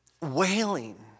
wailing